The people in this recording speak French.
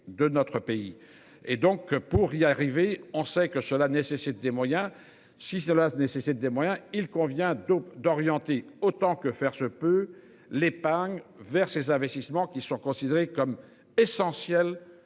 et donc pour y arriver en sait que cela nécessite des moyens, si cela nécessite des moyens, il convient donc d'orienter autant que faire se peut, l'épargne vers ces investissements qui sont considérés comme essentiels pour l'avenir de